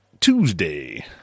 Tuesday